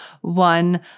one